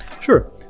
Sure